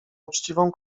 uczciwą